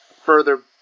further